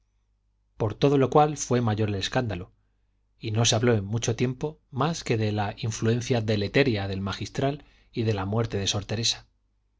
por todo lo cual fue mayor el escándalo y no se habló en mucho tiempo más que de la influencia deletérea del magistral y de la muerte de